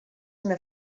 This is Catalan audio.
una